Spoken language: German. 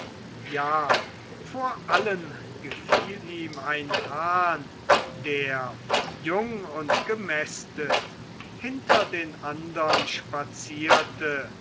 ja vor allen gefiel ihm ein hahn der jung und gemästet hinter den andern spazierte